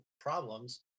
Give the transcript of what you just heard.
problems